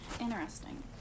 Interesting